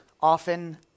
often